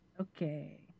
Okay